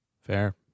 Fair